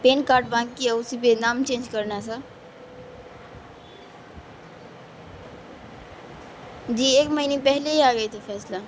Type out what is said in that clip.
pain card bank کی ہے اسی پہ نام چینج کرنا ہے سر جی ایک مہینے پہلے ہی آ گئی تھی فیصلہ